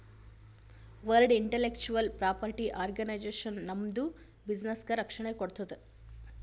world intellectual property organisation ನಮ್ದು ಬಿಸಿನ್ನೆಸ್ಗ ರಕ್ಷಣೆ ಕೋಡ್ತುದ್